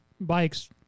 bikes